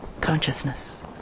consciousness